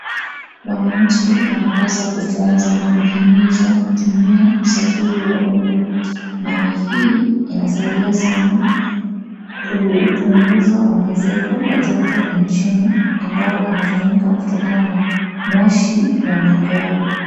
Wananchi wanapaswa kufunzwa na kuhimizwa kutumia usafiri wa uma ,maana hii inasaidia sana kupunguza ongezeko la joto nchini ,ambao inafanyika kutokana na moshi wa magari.